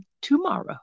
tomorrow